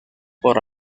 por